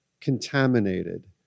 contaminated